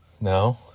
No